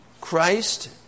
Christ